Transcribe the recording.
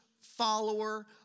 follower